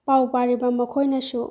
ꯄꯥꯎ ꯄꯥꯔꯤꯕ ꯃꯈꯣꯏꯅꯁꯨ